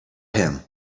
him